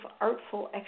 artful